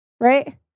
right